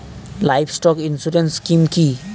Livestock insurance scheme কি?